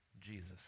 Jesus